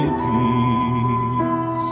peace